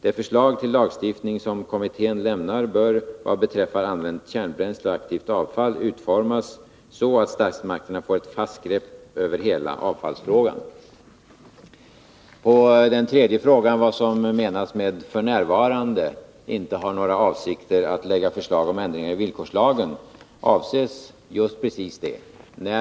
Det förslag till lagstiftning som kommittén lämnar bör, vad beträffar använt kärnbränsle och aktivt avfall, utformas så att statsmakterna får ett fast grepp över hela avfallsfrågan.” Den tredje frågan gällde vad som menas med att regeringen f. n. inte har för avsikt att lägga fram förslag om ändringar i villkorslagen. Därmed avses precis vad som sägs.